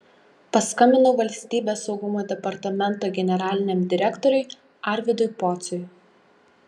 paskambinau valstybės saugumo departamento generaliniam direktoriui arvydui pociui